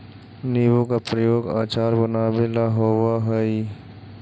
नींबू का प्रयोग अचार बनावे ला होवअ हई